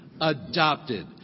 adopted